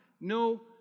no